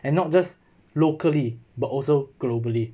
and not just locally but also globally